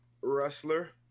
wrestler